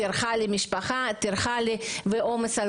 זאת טרחה למשפחה ועומס על